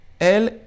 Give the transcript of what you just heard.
el